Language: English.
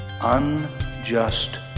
unjust